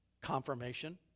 confirmation